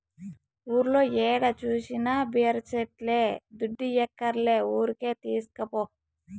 ఊర్లో ఏడ జూసినా బీర సెట్లే దుడ్డియ్యక్కర్లే ఊరికే తీస్కపో